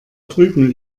drüben